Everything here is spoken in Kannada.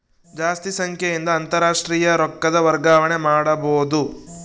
ಜಾಸ್ತಿ ಸಂಖ್ಯೆಯಿಂದ ಅಂತಾರಾಷ್ಟ್ರೀಯ ರೊಕ್ಕದ ವರ್ಗಾವಣೆ ಮಾಡಬೊದು